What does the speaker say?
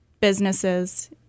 businesses